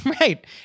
Right